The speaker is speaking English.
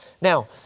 Now